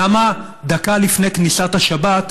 למה דקה לפני כניסת השבת,